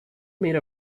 made